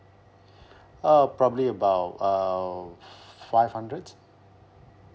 err probably about a five hundred